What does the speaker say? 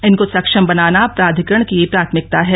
इनको सक्षम बनाना प्राधिकरण की प्राथमिकता है